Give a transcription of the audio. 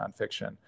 nonfiction